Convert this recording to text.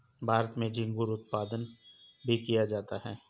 भारत में झींगुर उत्पादन भी किया जाता है